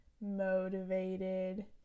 motivated